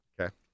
Okay